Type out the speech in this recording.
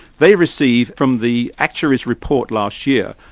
they receive from the actuary's report last year,